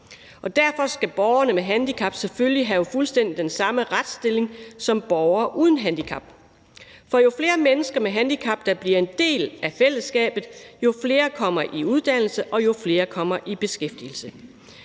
derfor skal borgere med handicap selvfølgelig have fuldstændig den samme retsstilling som borgere uden handicap. For jo flere mennesker med handicap, der bliver en del af fællesskabet, jo flere kommer i uddannelse, og jo flere kommer i beskæftigelse.